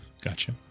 Gotcha